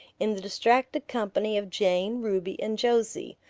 in the distracted company of jane, ruby, and josie,